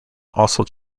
also